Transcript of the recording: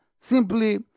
simply